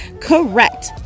Correct